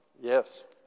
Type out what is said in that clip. Yes